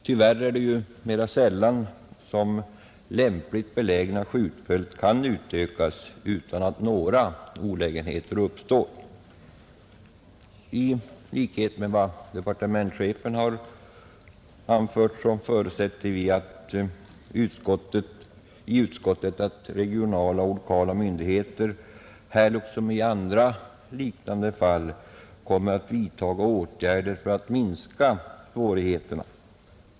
Tyvärr är det mera sällan som lämpligt belägna skjutfält kan utökas utan att några olägenheter uppstår. I likhet med departementschefen förutsätter vi i utskottet att regionala och lokala myndigheter här, som i andra liknande fall, kommer att vidtaga åtgärder för att minska svårigheterna.